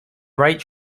right